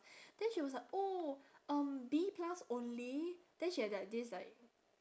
then she was like oh um B plus only then she had that this like